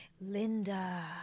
Linda